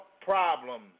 problem